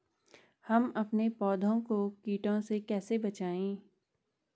हम अपने पौधों को कीटों से कैसे बचाएं?